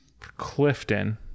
Clifton